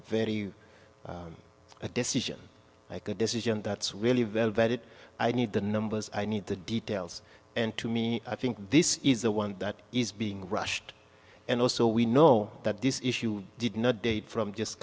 very a decision like a decision that's where vetted i need the numbers i need the details and to me i think this is the one that is being rushed and also we know that this issue did not date from just a